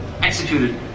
Executed